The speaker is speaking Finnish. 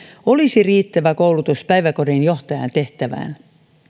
olisi riittävä koulutus päiväkodin johtajan tehtävään